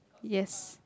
yes